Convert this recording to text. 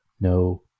No